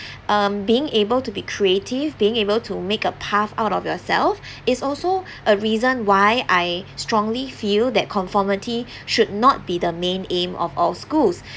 um being able to be creative being able to make a path out of yourself is also a reason why I strongly feel that conformity should not be the main aim of all schools